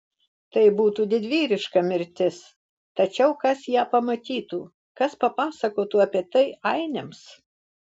tai būtų didvyriška mirtis tačiau kas ją pamatytų kas papasakotų apie tai ainiams